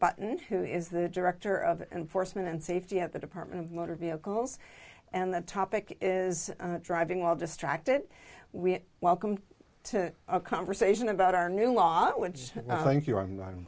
button who is the director of and forsman and safety at the department of motor vehicles and that topic is driving while distracted we welcome to a conversation about our new law which